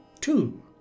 Two